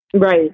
Right